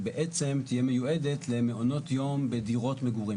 שבעצם תהיה מיועדת למעונות יום בדירות מגורים,